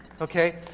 okay